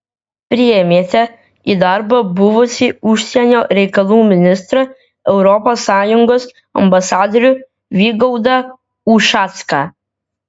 priėmėte į darbą buvusį užsienio reikalų ministrą europos sąjungos ambasadorių vygaudą ušacką